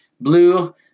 Blue